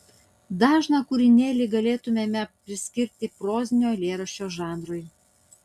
dažną kūrinėlį galėtumėme priskirti prozinio eilėraščio žanrui